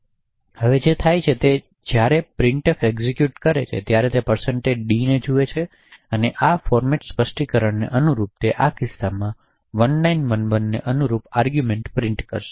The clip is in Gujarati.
હવે જે થાય છે તે છે કે જ્યારે પ્રિન્ટફ એક્ઝેક્યુટ કરે છે ત્યારે તે આ d ને જુએ છે અને આ ફોર્મેટ સ્પષ્ટીકરણોને અનુરૂપ તે આ કિસ્સામાં 1911 ને અનુરૂપ આર્ગૂમેંટ પ્રિન્ટ કરશે